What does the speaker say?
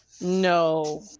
No